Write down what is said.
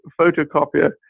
photocopier